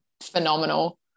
phenomenal